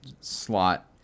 slot